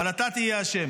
אבל אתה תהיה אשם.